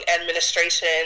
administration